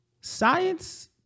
science